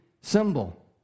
symbol